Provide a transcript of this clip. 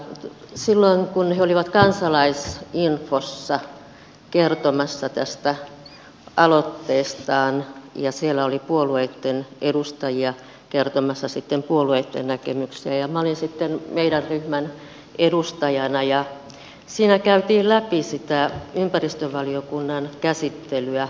silloin kun he olivat kansalaisinfossa kertomassa tästä aloitteestaan ja siellä oli puolueitten edustajia kertomassa puolueitten näkemyksiä ja minä olin sitten meidän ryhmän edustajana siinä käytiin läpi sitä ympäristövaliokunnan käsittelyä